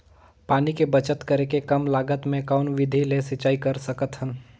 पानी के बचत करेके कम लागत मे कौन विधि ले सिंचाई कर सकत हन?